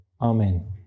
Amen